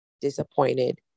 disappointed